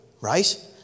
right